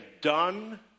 done